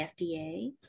FDA